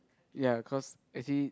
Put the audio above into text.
ya cause actually